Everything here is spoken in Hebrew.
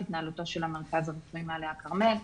התנהלותו של המרכז הרפואי מעלה הכרמל.